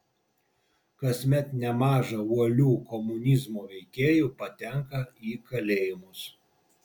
kasmet nemaža uolių komunizmo veikėjų patenka į kalėjimus